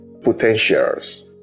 potentials